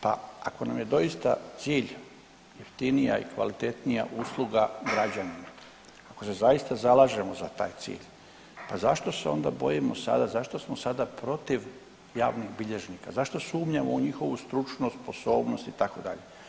Pa ako nam je doista cilj jeftinija i kvalitetnija usluga građanima, ako se zaista zalažemo za taj cilj pa zašto se onda bojimo sada, zašto smo sada protiv javnih bilježnika, zašto sumnjamo u njihovu stručnost, sposobnost itd.